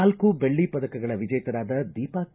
ನಾಲ್ಕು ದೆಳ್ಳಿ ಪದಕಗಳ ವಿಜೇತರಾದ ದೀಪಾ ಕೆ